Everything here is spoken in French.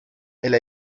elle